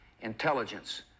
intelligence